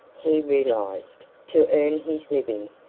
he realized, to earn his living.